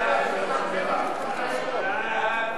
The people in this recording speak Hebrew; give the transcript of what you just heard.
ההצעה להעביר